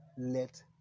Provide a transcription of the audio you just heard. Let